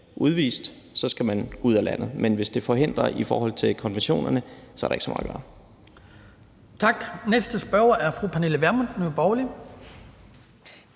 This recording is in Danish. udvist, så skal man ud af landet. Men hvis der er forhindringer for det i forhold til konventionerne, er der ikke så meget at